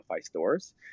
stores